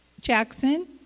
Jackson